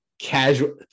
casual